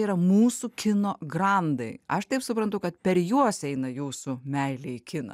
yra mūsų kino grandai aš taip suprantu kad per juos eina jūsų meilė į kiną